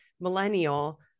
millennial